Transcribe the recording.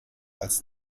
als